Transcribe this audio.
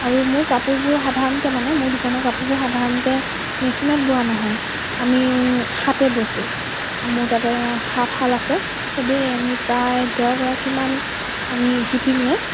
আৰু মোৰ কাপোৰবোৰ সাধাৰণতে মানে মোৰ দোকানৰ কাপোৰবোৰ সাধাৰণতে মিচিনত বোৱা নহয় আমি হাতে বৈছোঁ মোৰ তাতে হাত শাল আছে চবে আমি প্ৰায় দহগৰাকীমান আমি শিপিনীয়ে